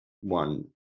one